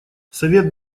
совет